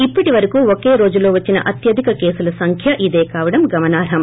ఇప్పటి వరకూ ఒకే రోజులో వచ్చిన అత్వధిక కేసుల సంఖ్య ఇదే కావడం గమనార్ఖం